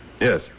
Yes